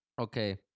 Okay